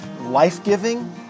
life-giving